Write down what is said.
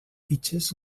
fitxes